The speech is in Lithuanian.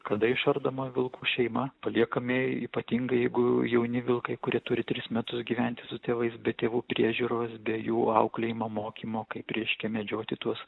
kada išardoma vilkų šeima paliekami ypatingai jeigu jauni vilkai kurie turi tris metus gyventi su tėvais be tėvų priežiūros be jų auklėjimo mokymo kaip reiškia medžioti tuos